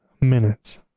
minutes